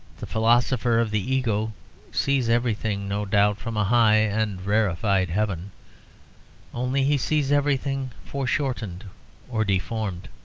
the philosopher of the ego sees everything, no doubt, from a high and rarified heaven only he sees everything foreshortened or deformed.